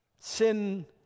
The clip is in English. sin